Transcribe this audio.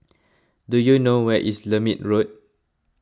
do you know where is Lermit Road